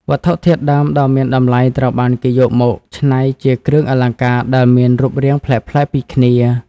វត្ថុធាតុដើមដ៏មានតម្លៃត្រូវបានគេយកមកច្នៃជាគ្រឿងអលង្ការដែលមានរូបរាងប្លែកៗពីគ្នា។